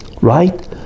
right